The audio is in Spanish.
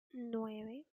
nueve